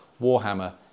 Warhammer